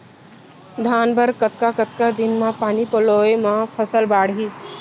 धान बर कतका कतका दिन म पानी पलोय म फसल बाड़ही?